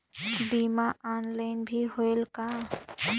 बीमा ऑनलाइन भी होयल का?